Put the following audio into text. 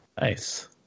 Nice